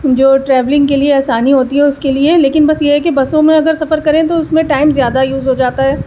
جو ٹریولنگ کے لیے آسانی ہوتی ہے اس کے لیے لیکن بس یہ ہے کہ بسوں میں اگر سفر کریں تو اس میں ٹائم زیادہ یوز ہو جاتا ہے